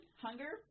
hunger